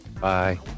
Bye